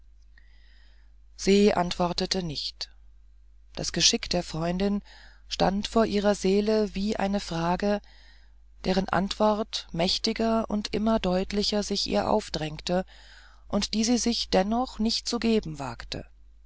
se antwortete nicht das geschick der freundin stand vor ihrer seele wie eine frage deren antwort mächtiger und immer deutlicher sich ihr aufdrängte und die sie sich dennoch nicht zu geben wagte